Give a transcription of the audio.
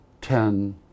ten